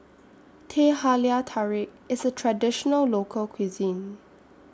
Teh Halia Tarik IS A Traditional Local Cuisine